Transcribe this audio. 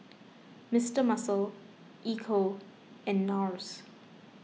Mister Muscle Ecco and Nars